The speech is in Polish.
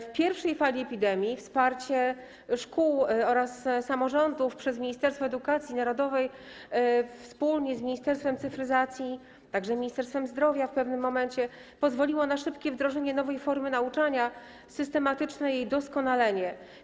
W pierwszej fali epidemii wsparcie szkół oraz samorządów przez Ministerstwo Edukacji Narodowej wspólnie z Ministerstwem Cyfryzacji, a także Ministerstwem Zdrowia w pewnym momencie, pozwoliło na szybkie wdrożenie nowej formy nauczania i systematyczne jej doskonalenie.